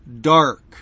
dark